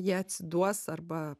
jie atsiduos arba